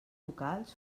locals